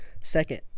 Second